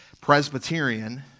Presbyterian